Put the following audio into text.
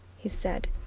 he said.